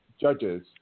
judges